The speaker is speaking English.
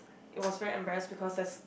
it was very embarrass because that's